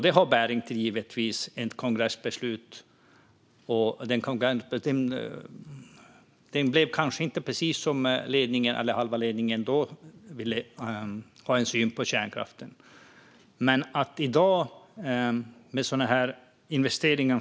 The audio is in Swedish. Det har att göra med ett kongressbeslut som kanske inte blev precis i enlighet med halva ledningens syn på kärnkraft den gången.